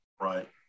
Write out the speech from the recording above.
right